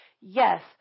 Yes